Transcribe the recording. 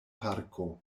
parko